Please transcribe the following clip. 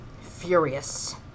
furious